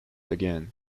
again